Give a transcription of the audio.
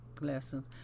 lessons